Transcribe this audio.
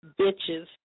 Bitches